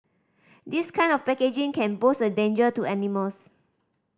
this kind of packaging can pose a danger to animals